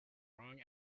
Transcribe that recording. wrong